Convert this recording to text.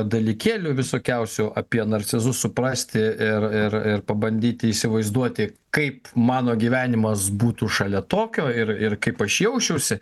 dalykėlių visokiausių apie narcizus suprasti ir ir ir pabandyti įsivaizduoti kaip mano gyvenimas būtų šalia tokio ir ir kaip aš jausčiausi